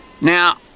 now